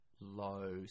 low